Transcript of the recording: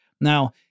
Now